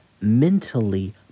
mentally